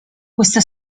questa